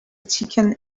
chicken